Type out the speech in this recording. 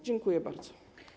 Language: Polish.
Dziękuję bardzo.